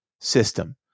system